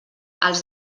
els